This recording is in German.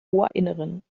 ohrinneren